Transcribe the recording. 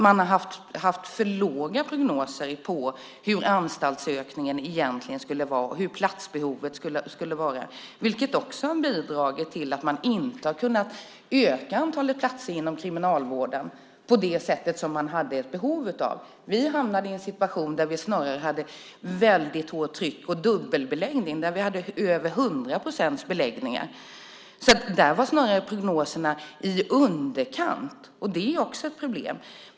Man har haft för låga prognoser för hur anstaltsökningen och platsbehovet egentligen skulle vara. Det har också bidragit till att man inte har kunnat öka antalet platser inom Kriminalvården på det sätt som man hade behov av. Vi hamnade i en situation där vi snarare hade hårt tryck på dubbelbeläggning. Vi hade över 100 procents beläggningar. Där var prognoserna snarare i underkant, och det är också ett problem.